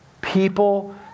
People